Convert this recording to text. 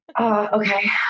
Okay